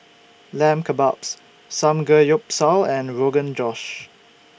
Lamb Kebabs Samgeyopsal and Rogan Josh